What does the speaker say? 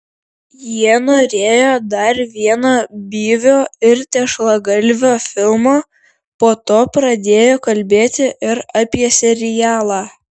jie norėjo dar vieno byvio ir tešlagalvio filmo po to pradėjo kalbėti ir apie serialą